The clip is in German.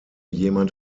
jemand